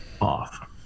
off